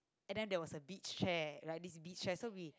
and then there was a beach chair like this beach chair so we